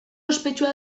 ospetsua